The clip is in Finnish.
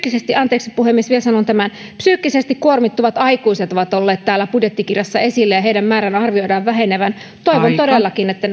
anteeksi puhemies vielä sanon tämän että myös psyykkisesti kuormittuvat aikuiset ovat olleet täällä budjettikirjassa esillä ja heidän määränsä arvioidaan vähenevän toivon todellakin että